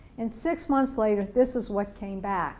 and six months later this is what came back